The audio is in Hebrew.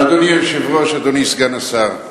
אדוני היושב-ראש, אדוני סגן השר,